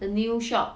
the new shop